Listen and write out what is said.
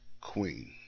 Queen